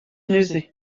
neuze